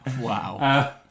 Wow